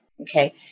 okay